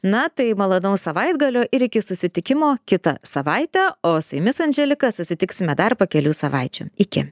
na tai malonaus savaitgalio ir iki susitikimo kitą savaitę o su jumis andželika susitiksime dar po kelių savaičių iki